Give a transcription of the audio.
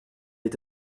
est